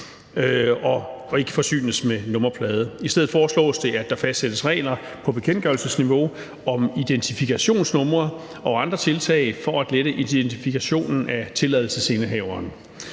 og ikke skal forsynes med nummerplade. I stedet foreslås det, at der fastsættes regler på bekendtgørelsesniveau om identifikationsnummer og andre tiltag for at lette identifikationen af tilladelsesindehaveren.